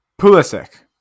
Pulisic